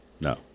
no